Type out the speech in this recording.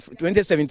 2017